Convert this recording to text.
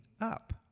up